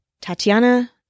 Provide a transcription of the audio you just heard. Tatiana